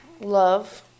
love